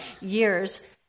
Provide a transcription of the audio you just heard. years